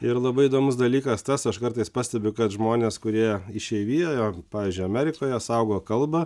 ir labai įdomus dalykas tas aš kartais pastebiu kad žmonės kurie išeivijoje pavyzdžiui amerikoje saugo kalbą